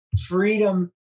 Freedom